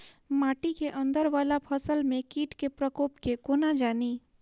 माटि केँ अंदर वला फसल मे कीट केँ प्रकोप केँ कोना जानि?